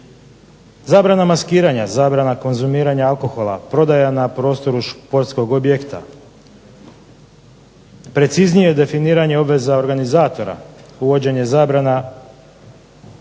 Zabrana maskiranja, zabrana konzumiranja alkohola, prodaja na prostoru športskog objekta, preciznije definiranje obveza organizatora, uvođenje zabrane